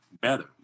better